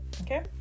okay